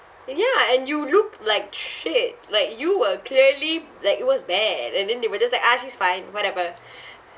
ya and you looked like shit like you were clearly like it was bad and then they were just like ah she's fine whatever